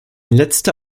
letzter